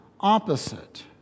opposite